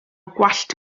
gwallt